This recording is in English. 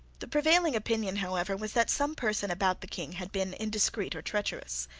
the prevailing opinion, however, was that some person about the king had been indiscreet or treacherous.